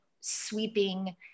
sweeping